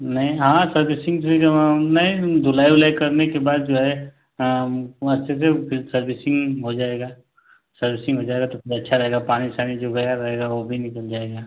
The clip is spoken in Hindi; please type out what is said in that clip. नही हाँ सर्विसिंग ठीक है वहाँ नहीं धुलाई उलाई करने के बाद जो है हाँ वहाँ अच्छे से फिर सर्विसिंग हो जाएगी सर्विसिंग हो जाएगी तो फिर अच्छा रहेगा पानी सानी जो गया रहेगा वह भी निकल जाएगा